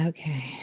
Okay